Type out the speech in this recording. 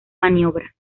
maniobra